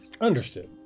Understood